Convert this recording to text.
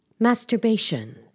Masturbation